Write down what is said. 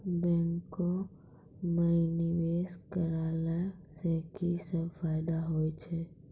बैंको माई निवेश कराला से की सब फ़ायदा हो छै?